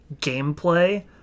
gameplay